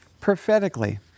prophetically